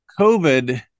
COVID